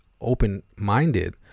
open-minded